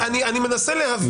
אני מנסה להבין.